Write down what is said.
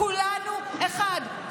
כולנו אחד,